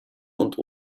und